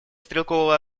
стрелкового